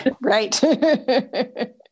right